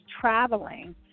traveling